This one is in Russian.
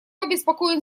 обеспокоен